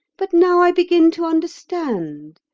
but now i begin to understand.